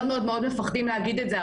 מאוד מאוד מפחדים להגיד את זה.